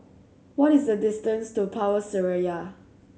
what is the distance to Power Seraya